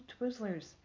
Twizzlers